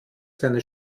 seine